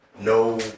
No